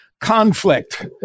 conflict